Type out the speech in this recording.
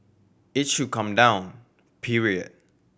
it should come down period